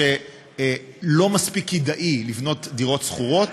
שלא מספיק כדאי לבנות דירות להשכרה.